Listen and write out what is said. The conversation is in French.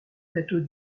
plateaux